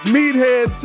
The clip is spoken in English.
Meathead